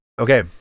okay